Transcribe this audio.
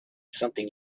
something